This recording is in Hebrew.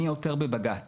אני עותר בבג"ץ.